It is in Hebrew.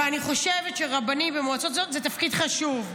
ואני חושבת שרבנים ומועצות אזוריות זה תפקיד חשוב,